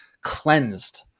cleansed